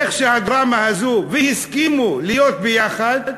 איך שהדרמה הזו, והסכימו להיות ביחד,